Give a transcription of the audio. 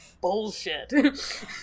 bullshit